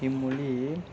இம்மொழி